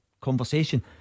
conversation